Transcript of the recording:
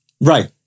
Right